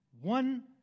one